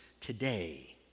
today